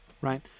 right